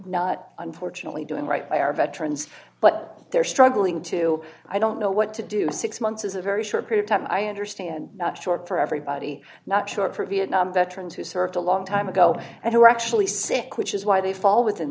view unfortunately doing right by our veterans but they're struggling to i don't know what to do six months is a very short period time i understand short for everybody not short for vietnam veterans who served a long time ago and who are actually sick which is why they fall within